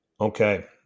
okay